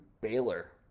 Baylor